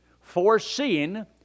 foreseeing